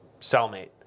cellmate